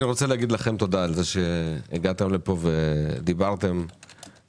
אני רוצה להגיד לכם תודה על כך שהגעתם לפה ודיברתם לעניין,